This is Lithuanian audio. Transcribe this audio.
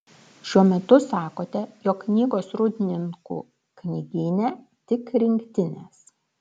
šiuo metu sakote jog knygos rūdninkų knygyne tik rinktinės